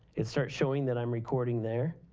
it starts showing that i'm recording there.